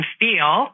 feel